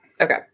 Okay